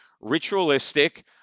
ritualistic